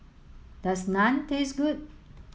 does Naan taste good